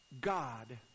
God